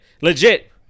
legit